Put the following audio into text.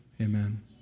amen